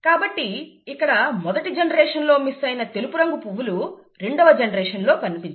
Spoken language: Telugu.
కాబట్టి ఇక్కడ మొదటి జనరేషన్లో మిస్ అయిన తెలుపు రంగు పువ్వులు రెండవ జనరేషన్లో కనిపించాయి